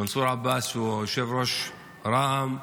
מנסור עבאס, שהוא יושב-ראש רע"מ,